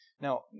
Now